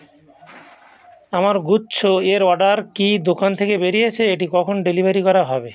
আমার গুচ্ছ এর অর্ডার কি দোকান থেকে বেরিয়েছে এটি কখন ডেলিভারি করা হবে